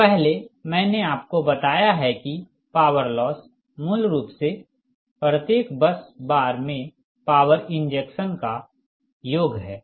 तोपहले मैंने आपको बताया है कि पॉवर लॉस मूल रूप से प्रत्येक बस बार में पॉवर इंजेक्शन का योग है